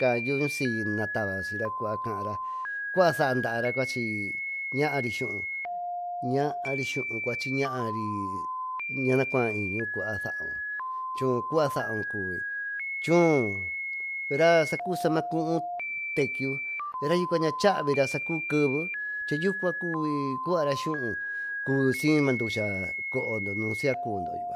saa ñusi natayo sira cua caara cua saadaara cuachy naari suún naari suún cue ña nacuaa iñira sau choo cua sañun cuby rasand cuñu tekio rayucua ñachavira sa cuby keye yucuara suún sacubi ducha coodo nu sica cuvido.